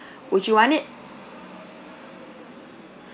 would you want it